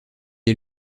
est